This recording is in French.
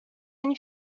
une